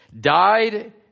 died